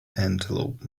antelope